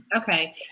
Okay